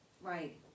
Right